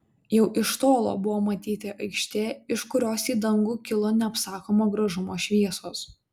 jau iš tolo buvo matyti aikštė iš kurios į dangų kilo neapsakomo gražumo šviesos